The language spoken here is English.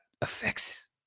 affects